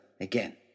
again